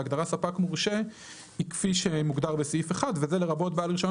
והגדרה "ספק מורשה" היא כפי שמוגדר בסעיף 1 וזה "לרבות בעל רישיון